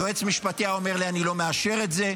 יועץ משפטי היה אומר לי: אני לא מאשר את זה.